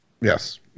Yes